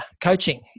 coaching